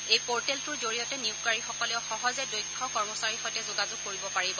এই পৰ্টেলটোৰ জৰিয়তে নিয়োগকাৰীসকলেও সহজে দক্ষ কৰ্মচাৰীৰ সৈতে যোগাযোগ কৰিব পাৰিব